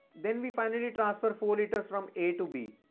then we finally transfer four litres from a to b.